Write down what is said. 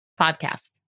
Podcast